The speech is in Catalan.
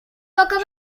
poca